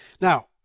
Now